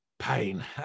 pain